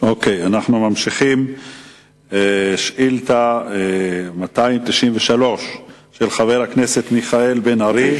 אנחנו ממשיכים לשאילתא מס' 293 של חבר הכנסת מיכאל בן-ארי: